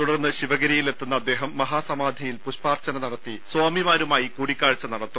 തുടർന്ന് ശിവഗിരിയിൽ എത്തുന്ന അദ്ദേഹം മഹാസമാധിയിൽ പുഷ്പ്പാർച്ചന നടത്തി സ്വാമിമാരുമായി കൂടിക്കാഴ്ച്ച നടത്തും